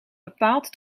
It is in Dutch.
bepaald